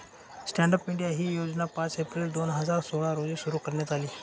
stand up India ही योजना पाच एप्रिल दोन हजार सोळा रोजी सुरु करण्यात आली